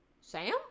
Sam